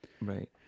Right